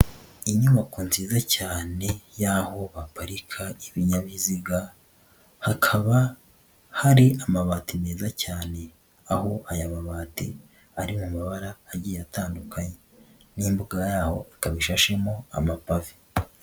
Inyubako nziza cyane y'aho baparika ibinyabiziga, hakaba hari amabati meza cyane, aho aya mabati ari mu mabara agiye atandukanye, n'imbuga yaho akaba ishashemo amapave.